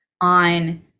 on